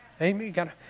Amen